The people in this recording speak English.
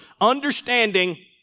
understanding